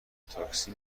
تاکسی